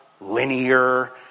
linear